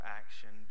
action